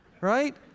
Right